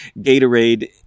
Gatorade